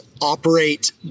operate